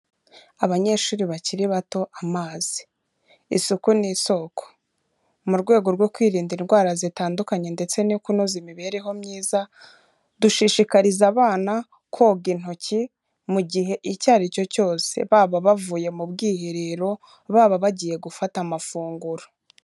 Abanyeshuri bakiri bato amazi. Isuku ni isoko. Mu rwego rwo kwirinda indwara zitandukanye ndetse no kunoza imibereho myiza dushishikariza abana koga intoki mu gihe icyo aricyo cyose. Baba bavuye mu bwiherero, baba bagiye gufata amafunguro.